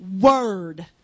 word